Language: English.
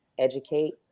educate